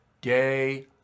day